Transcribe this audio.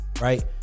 Right